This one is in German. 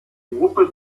gruppe